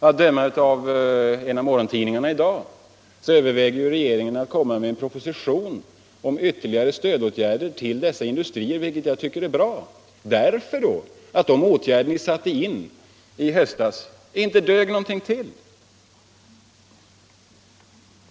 Att döma av en av morgontidningarna i dag överväger regeringen att komma med en proposition om ytterligare stöd för skoindustrin, vilket jag tycker är bra, därför att de åtgärder ni satte in i höstas inte dög någonting till.